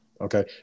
Okay